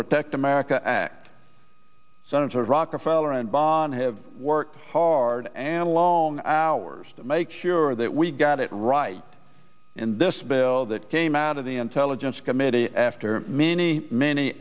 protect america act senator rockefeller and bond have worked hard and long hours to make sure that we get it right in this bill that came out of the intelligence committee after many many